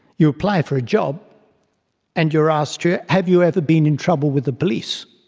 you apply for a job and you are asked yeah have you ever been in trouble with the police.